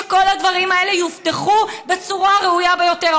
שהדברים האלה יובטחו בצורה ראויה ביותר.